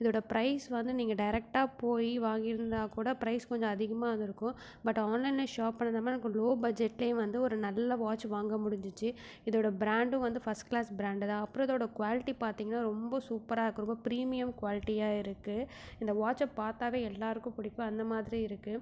இதோடய ப்ரைஸ் வந்து நீங்கள் டேரெக்டாக போய் வாங்கியிருந்தா கூட ப்ரைஸ் கொஞ்சம் அதிகமாக வந்திருக்கும் பட் ஆன்லைனில் ஷாப் பண்ணது இல்லாமல் எனக்கு லோ பட்ஜெட்டில் வந்து ஒரு நல்ல வாட்ச் வாங்க முடிஞ்சிச்சு இதோடய ப்ராண்டும் வந்து ஃபஸ்ட் க்ளாஸ் ப்ராண்டு தான் அப்புறம் இதோடய குவாலிட்டி பார்த்திங்கன்னா ரொம்ப சூப்பராக இருக்குது ரொம்ப ப்ரீமியம் குவாலிட்டியாக இருக்குது இந்த வாட்ச்சை பார்த்தாவே எல்லோருக்கும் பிடிக்கும் அந்த மாதிரி இருக்குது